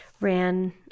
ran